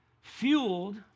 fueled